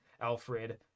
Alfred